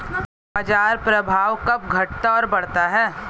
बाजार प्रभाव कब घटता और बढ़ता है?